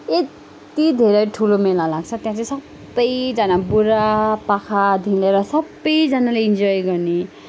यति धेरै ठुलो मेला लाग्छ त्यहाँ चाहिँ सबैजना बुडापाखादेखि लिएर सबैजनाले इन्जोय गर्ने गर्नेछ